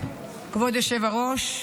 כבוד היושב-ראש,